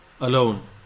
alone